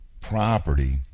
property